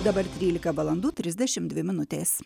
dabar trylika valandų trisdešim dvi minutės